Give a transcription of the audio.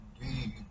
indeed